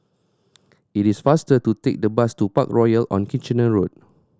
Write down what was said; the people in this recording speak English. it is faster to take the bus to Parkroyal on Kitchener Road